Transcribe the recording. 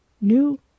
New